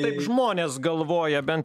taip žmonės galvoja ben